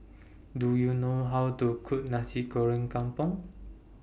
Do YOU know How to Cook Nasi Goreng Kampung